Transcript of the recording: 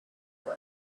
were